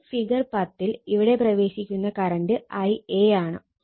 ഇനി ഫിഗർ 10 ൽ ഇവിടെ പ്രവേശിക്കുന്ന കറണ്ട് Ia ആണ്